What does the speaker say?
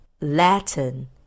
Latin